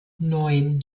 neun